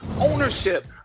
ownership